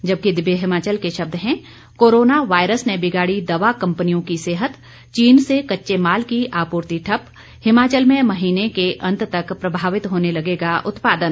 जबकि दिव्य हिमाचल के शब्द हैं कोरोना वायरस ने बिगाड़ी दवा कंपनियों की सेहत चीन से कच्चे माल की आपूर्ति ठप हिमाचल में महीने के अंत तक प्रभावित होने लगेगा उत्पादन